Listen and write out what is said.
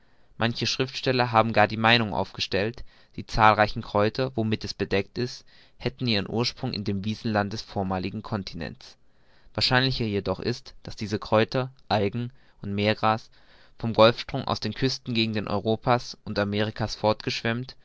manche schriftsteller haben gar die meinung aufgestellt die zahlreichen kräuter womit es bedeckt ist hätten ihren ursprung in dem wiesenland des vormaligen continents wahrscheinlicher jedoch ist daß diese kräuter algen und meergras vom golfstrom aus den küstengegenden europa's und amerika's